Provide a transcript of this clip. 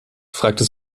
fragte